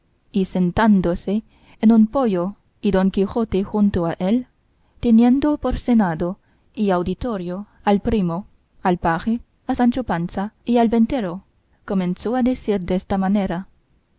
y sentándose en un poyo y don quijote junto a él teniendo por senado y auditorio al primo al paje a sancho panza y al ventero comenzó a decir desta manera